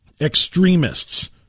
extremists